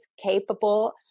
capable